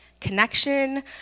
Connection